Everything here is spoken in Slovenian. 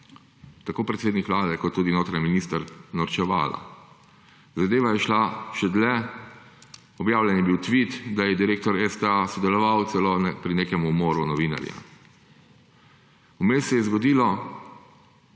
tako predsednik vlade, kot notranji minister norčevala. Zadeva je šla še dlje, objavljen je bil tvit, da je direktor STA sodeloval celo pri nekem umoru novinarja. Vmes se je zgodilo,